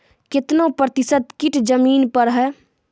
कितना प्रतिसत कीट जमीन पर हैं?